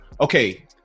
okay